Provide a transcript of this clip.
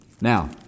Now